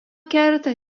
kerta